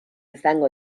izango